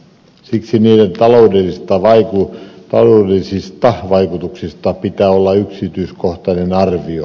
siksi niiden taloudellisista vaikutuksista pitää olla yksityiskohtainen arvio